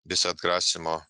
visą atgrasymo